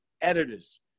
Editors